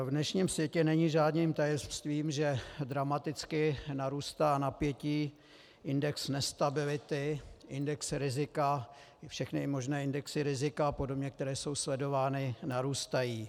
V dnešním světě není žádným tajemstvím, že dramaticky narůstá napětí, index nestability, index rizika, všechny možné indexy rizika apod., které jsou sledovány, narůstají.